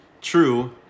true